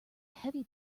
heavy